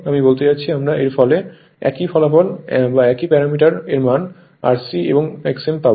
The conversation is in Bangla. আমি বলতে চাচ্ছি আমরা এর ফলে একই ফলাফল বা একই প্যারামিটার এর মান R c এবং X m পাব